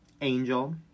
Angel